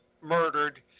murdered